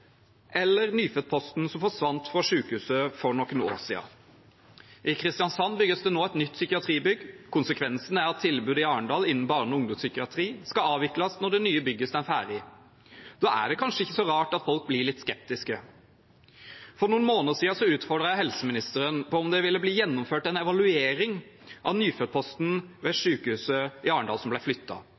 eller nyfødtposten, som forsvant fra sykehuset for noen år siden. I Kristiansand bygges det nå et nytt psykiatribygg. Konsekvensen er at tilbudet i Arendal innen barne- og ungdomspsykiatri skal avvikles når det nye bygget står ferdig. Da er det kanskje ikke så rart at folk blir litt skeptiske. For noen måneder siden utfordret jeg helseministeren på om det ville bli gjennomført en evaluering av nyfødtposten ved sykehuset i Arendal, som